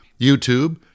YouTube